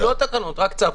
לא תקנות, רק צו.